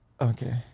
okay